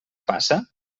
passa